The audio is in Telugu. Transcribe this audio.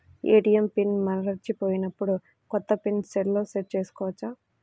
ఏ.టీ.ఎం పిన్ మరచిపోయినప్పుడు, కొత్త పిన్ సెల్లో సెట్ చేసుకోవచ్చా?